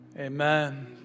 Amen